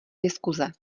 diskuse